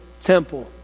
temple